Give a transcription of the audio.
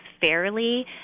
fairly